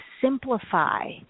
simplify